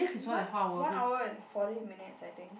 it's one one hour and forty minutes I think